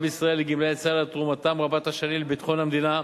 בישראל לגמלאי צה"ל על תרומתם רבת השנים לביטחון המדינה,